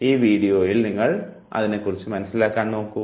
ഈ വീഡിയോയിൽ നോക്കൂ